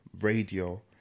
radio